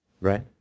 right